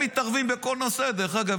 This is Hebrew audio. הם מתערבים בכל נושא, דרך אגב.